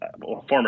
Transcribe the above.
former